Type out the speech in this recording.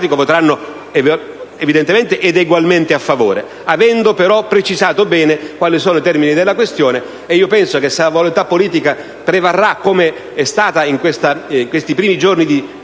Democratico voteranno, evidentemente, ed egualmente, a favore, avendo però precisato bene quali sono i termini della questione. Ritengo che se la volontà politica prevarrà, come è accaduto in questi primi giorni di settembre,